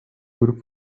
grup